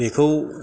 बेखौ